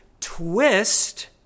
twist